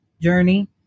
journey